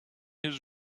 his